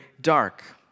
dark